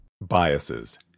Biases